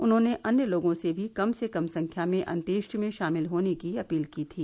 उन्होंने अन्य लोगों से भी कम से कम संख्या में अंत्येष्टि में शामिल होने की अपील की थी